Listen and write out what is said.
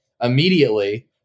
immediately